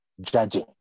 judging